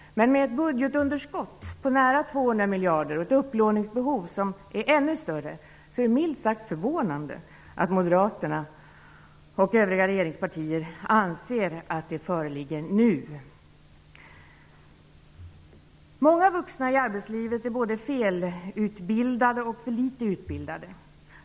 Men med ett budgetunderskott på nära 200 miljarder kronor och ett ännu större upplåningsbehov, är det milt sagt förvånande att Moderaterna och övriga regeringspartier anser att ekonomiska förutsättningar föreligger nu. Många vuxna i arbetslivet är både felutbildade och för litet utbildade.